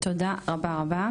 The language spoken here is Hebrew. תודה רבה רבה.